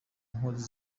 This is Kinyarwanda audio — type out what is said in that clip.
nkozi